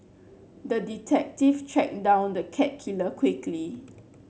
the detective tracked down the cat killer quickly